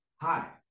Hi